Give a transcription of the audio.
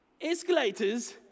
escalators